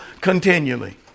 continually